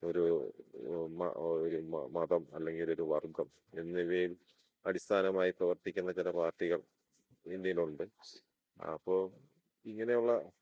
ഒരു മതം അല്ലെങ്കിൽ ഒരു വർഗ്ഗം എന്നിവയിൽ അടിസ്ഥാനമായി പ്രവർത്തിക്കുന്ന ചില പാർട്ടികൾ ഇന്ത്യയിൽ ഉണ്ട് അപ്പോൾ ഇങ്ങനെയുള്ള